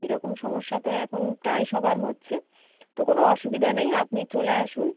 এরকম সমস্যা তো এখন প্রায় সবার হচ্ছে তো কোনো অসুবিধা নেই আপনি চলে আসুন